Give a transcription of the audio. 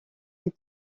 est